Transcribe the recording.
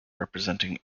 representing